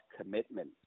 commitment